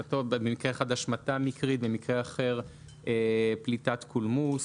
במקרה אחד השמטה מקרית ובמקרה אחר פליטת קולמוס.